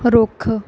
ਰੁੱਖ